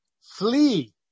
flee